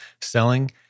selling